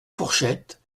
fourchettes